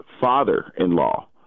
father-in-law